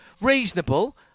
reasonable